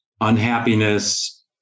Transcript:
unhappiness